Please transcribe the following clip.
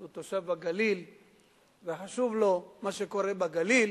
שהוא תושב הגליל וחשוב לו מה שקורה בגליל,